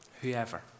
Whoever